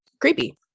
Creepy